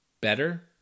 better